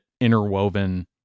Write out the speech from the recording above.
interwoven